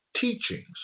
teachings